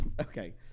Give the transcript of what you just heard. okay